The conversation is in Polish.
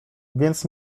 więc